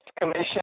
commission